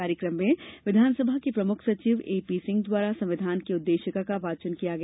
कार्यक्रम में विधानसभा के प्रमुख सचिव एपीसिंह द्वारा संविधान की उद्देशिका का वाचन किया गया